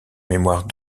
mémoire